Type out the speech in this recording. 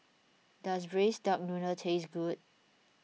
does Braised Duck Noodle taste good